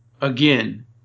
again